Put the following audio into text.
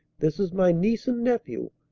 this is my niece and nephew,